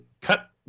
cut